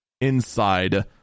inside